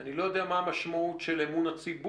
אני לא יודע מה המשמעות של אמון הציבור,